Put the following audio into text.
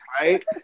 right